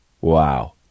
wow